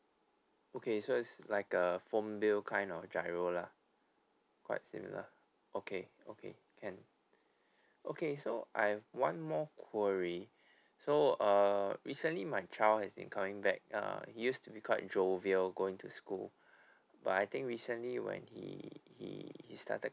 okay so it's like a phone bill kind of G_I_R_O lah quite similar okay okay can okay so I have one more query so uh recently my child has been coming back uh he used to be quite jovial going to school but I think recently when he he started